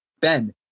Ben